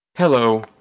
Hello